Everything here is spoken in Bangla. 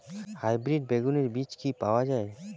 হাইব্রিড বেগুনের বীজ কি পাওয়া য়ায়?